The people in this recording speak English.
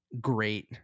great